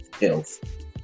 health